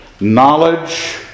knowledge